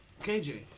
KJ